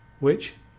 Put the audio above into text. which,